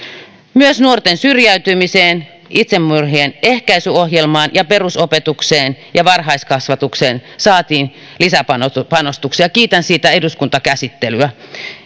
myös nuorten syrjäytymiseen itsemurhien ehkäisyohjelmaan perusopetukseen ja varhaiskasvatukseen saatiin lisäpanostuksia kiitän siitä eduskuntakäsittelyä